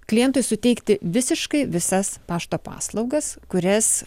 klientui suteikti visiškai visas pašto paslaugas kurias